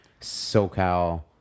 SoCal